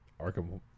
Arkham